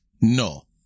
No